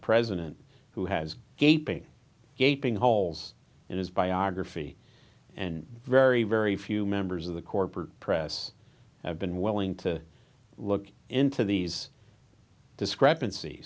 president who has gaping gaping holes in his biography and very very few members of the corporate press have been willing to look into these discrepanc